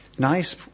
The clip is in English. nice